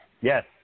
Yes